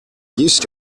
used